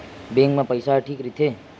Bank मा पईसा ह ठीक राइथे?